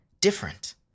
different